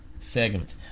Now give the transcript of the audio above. segment